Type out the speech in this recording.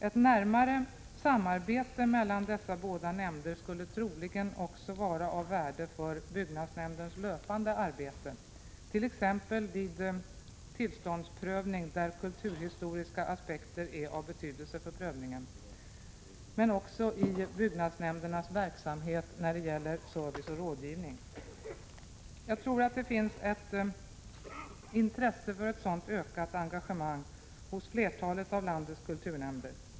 Ett närmare samarbete mellan dessa båda nämnder skulle troligen också vara av värde för byggnadsnämndens löpande arbete, t.ex. vid tillståndsprövning, där kulturhistoriska aspekter är av betydelse för prövningen, men även i byggnadsnämndernas verksamhet när det gäller service och rådgivning. Jag tror att det finns ett intresse av ett sådant ökat engagemang hos flertalet av landets kulturnämnder.